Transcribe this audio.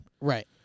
Right